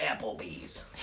Applebee's